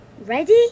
Ready